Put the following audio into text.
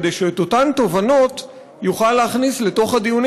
כדי שאת אותן תובנות יוכל להכניס לתוך הדיונים